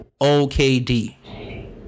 OKD